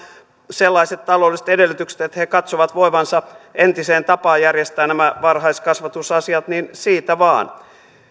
sellaiset taloudelliset edellytykset että ne katsovat voivansa entiseen tapaan järjestää nämä varhaiskasvatusasiat niin siitä vaan